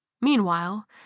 Meanwhile